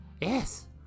Yes